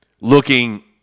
looking